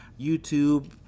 YouTube